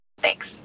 Thanks